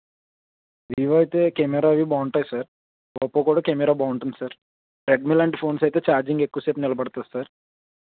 Vivo అయితే camera అవి బాగుంటాయి సార్ ఒప్పో కూడా కెమెరా బాగుంటుంది సార్ రెడ్మీ లాంటి ఫోన్స్ అయితే ఛార్జింగ్ ఎక్కువ సేపు నిలబడుతుంది సార్